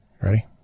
Ready